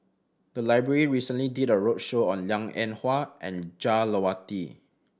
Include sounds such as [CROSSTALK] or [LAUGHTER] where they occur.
the library recently did a roadshow on Liang Eng Hwa and Jah [UNINTELLIGIBLE]